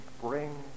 bring